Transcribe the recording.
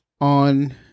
on